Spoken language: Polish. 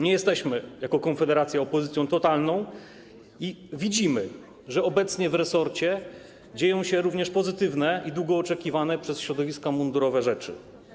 Nie jesteśmy jako Konfederacja opozycją totalną i widzimy, że obecnie w resorcie dzieją się również pozytywne i długo oczekiwane przez środowiska mundurowe rzeczy.